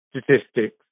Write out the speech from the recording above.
statistics